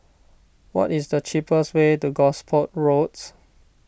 what is the cheapest way to Gosport Roads